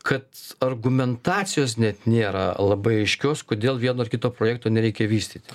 kad argumentacijos net nėra labai aiškios kodėl vieno ar kito projekto nereikia vystyti